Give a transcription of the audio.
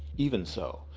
even so,